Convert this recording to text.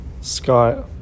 Scott